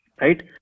Right